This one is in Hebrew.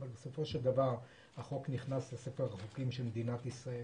אבל בסופו של דבר החוק נכנס לספר החוקים של מדינת ישראל.